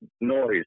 noise